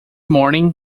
morning